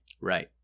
Right